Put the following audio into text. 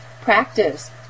practice